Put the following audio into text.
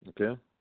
Okay